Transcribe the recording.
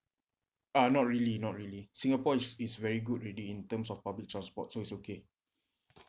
uh not really not really singapore is is very good already in terms of public transport so it's okay